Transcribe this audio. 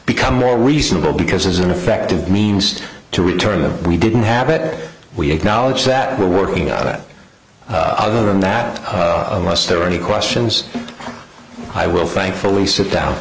become more reasonable because there's an effective means to return them we didn't have it we acknowledge that we're working on it other than that unless there are any questions i will thankfully sit